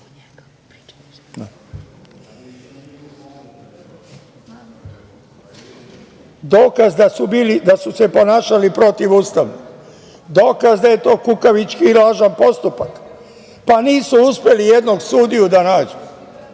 možda? Dokaz da su se ponašali protivustavno, dokaz da je to kukavički postupak, pa nisu uspeli jednog sudiju da nađu